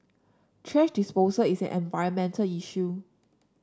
thrash disposal is an environmental issue